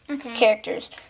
characters